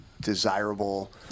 desirable